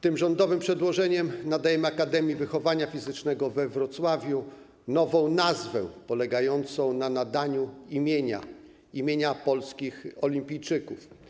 Tym rządowym przedłożeniem nadajemy Akademii Wychowania Fizycznego we Wrocławiu nową nazwę polegającą na nadaniu imienia, imienia polskich olimpijczyków.